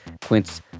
Quince